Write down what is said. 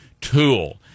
tool